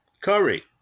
Curry